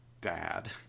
bad